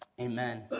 Amen